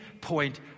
point